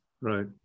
Right